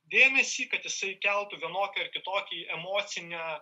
dėmesį kad jisai keltų vienokį ar kitokį emocinę